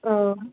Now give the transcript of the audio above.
অঁ